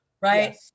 right